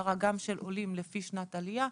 ההגדרה גם של עולים לפי שנת העלייה.